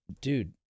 Dude